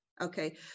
Okay